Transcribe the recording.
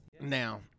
now